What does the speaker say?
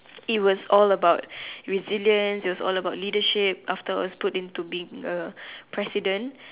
it was all about resilience it was all about leadership after all I was put into president